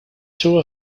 two